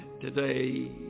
today